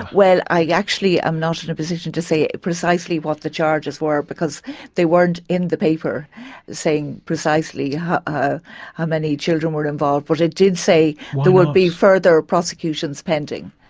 well, i actually am not in a position to say precisely what the charges were because they weren't in the paper saying precisely how ah how many children were involved, but it did say there would be further prosecutions pending.